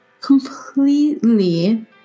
completely